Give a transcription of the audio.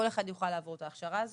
כל אחד יוכל לעבור את ההכשרה הזאת,